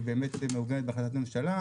היא באמת מעוגנת בהחלטת ממשלה,